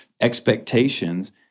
expectations